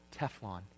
Teflon